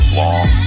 long